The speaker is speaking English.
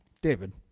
David